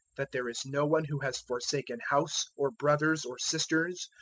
that there is no one who has forsaken house or brothers or sisters,